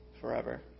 forever